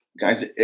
guys